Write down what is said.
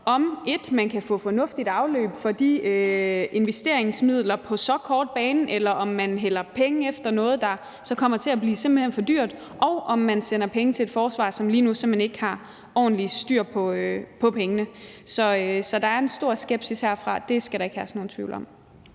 om man for det første kan få brugt de investeringsmidler fornuftigt på så kort bane, eller om man hælder penge efter noget, der så simpelt hen kommer til at blive for dyrt, og om man sender penge til et forsvar, som lige nu simpelt hen ikke har ordentlig styr på pengene. Så der er en stor skepsis herfra, det skal der ikke herske nogen tvivl om.